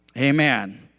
Amen